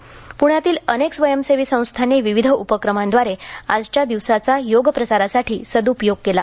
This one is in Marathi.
प्ण्यातील अनेक स्वयंसेवी संस्थांनी विविध उपक्रमांद्वारे आजचा दिवस योगप्रसारासाठी सद्पयोग केला